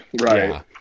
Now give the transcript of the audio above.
Right